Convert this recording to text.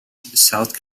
south